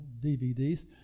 DVDs